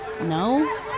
No